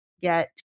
get